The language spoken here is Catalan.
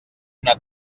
una